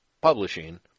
publishing